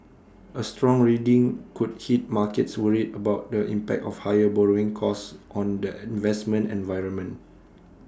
A strong reading could hit markets worried about the impact of higher borrowing costs on the investment environment